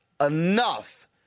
enough